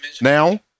now